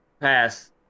Pass